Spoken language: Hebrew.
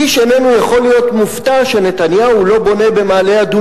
איש איננו יכול להיות מופתע שנתניהו לא בונה במעלה-אדומים,